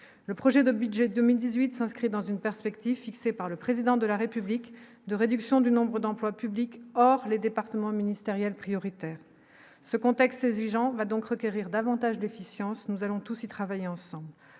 le projet de budget 2018 s'inscrit dans une perspective fixée par le président de la République de réduction du nombre d'emplois publics, or les départements ministériels prioritaire ce contexte Jean va donc requérir davantage d'efficience, nous allons tous ceux qui travaillent ensemble